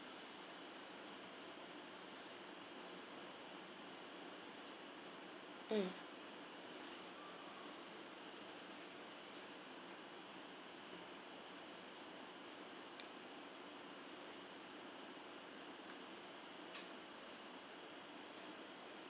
mm